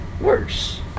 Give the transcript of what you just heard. worse